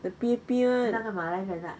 the P_A_P [one]